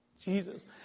Jesus